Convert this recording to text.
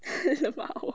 !whoa!